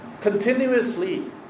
continuously